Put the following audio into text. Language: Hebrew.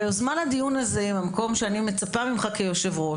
והיוזמה לדיון הזה ממקום שאני מצפה ממך כיושב ראש,